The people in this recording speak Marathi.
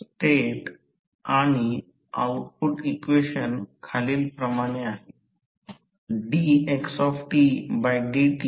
कार्यक्षमता हे आऊटपुट इनपुट आहे म्हणून कार्यक्षमता x P fl असे लिहिले जाऊ शकते